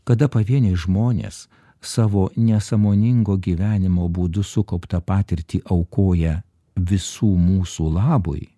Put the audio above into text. kada pavieniai žmonės savo nesąmoningo gyvenimo būdu sukauptą patirtį aukoja visų mūsų labui